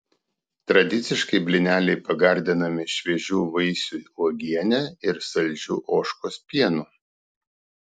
tradiciškai blyneliai pagardinami šviežių vaisių uogiene ir saldžiu ožkos pienu